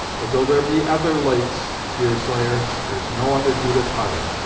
but though there be other lakes, deerslayer, there's no other judith hutter!